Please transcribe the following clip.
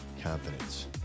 confidence